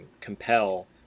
compel